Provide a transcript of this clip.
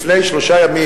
לפני שלושה ימים,